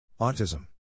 Autism